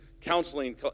counseling